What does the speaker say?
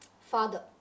father